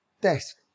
desk